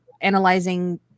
analyzing